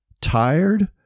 tired